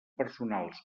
personals